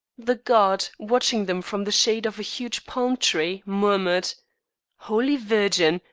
the guard, watching them from the shade of a huge palm-tree, murmured holy virgin,